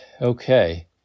Okay